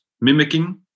mimicking